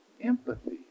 empathy